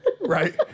Right